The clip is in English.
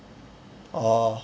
orh